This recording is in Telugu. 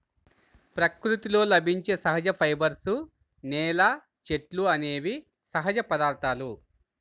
ప్రకృతిలో లభించే సహజ ఫైబర్స్, నేల, చెట్లు అనేవి సహజ పదార్థాలు